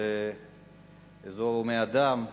זה אזור הומה מאדם.